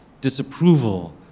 disapproval